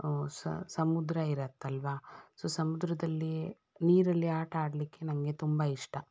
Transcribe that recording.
ಸ ಸಮುದ್ರ ಇರುತ್ತಲ್ವಾ ಸೊ ಸಮುದ್ರದಲ್ಲಿ ನೀರಲ್ಲಿ ಆಟ ಆಡಲಿಕ್ಕೆ ನನಗೆ ತುಂಬ ಇಷ್ಟ